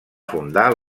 fundar